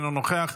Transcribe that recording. אינו נוכח,